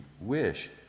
wish